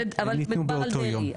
הם ניתנו באותו יום.